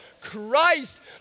Christ